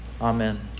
Amen